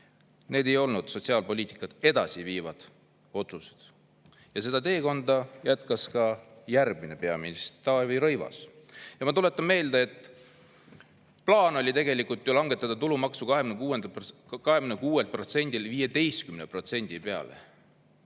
ei olnud sotsiaalpoliitikat edasi viivad otsused. Seda teekonda jätkas ka järgmine peaminister Taavi Rõivas. Ma tuletan meelde, et plaan oli tegelikult ju langetada tulumaksu 26%‑lt 15% peale.